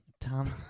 Tom